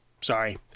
sorry